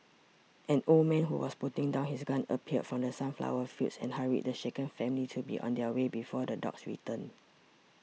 an old man who was putting down his gun appeared from the sunflower fields and hurried the shaken family to be on their way before the dogs return